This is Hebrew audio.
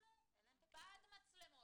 אנחנו בעד מצלמות,